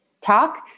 talk